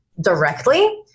directly